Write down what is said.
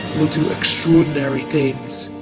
we'll do extraordinary things.